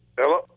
Hello